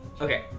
Okay